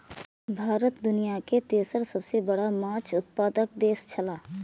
भारत दुनिया के तेसर सबसे बड़ा माछ उत्पादक देश छला